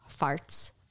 Farts